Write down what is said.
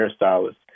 hairstylist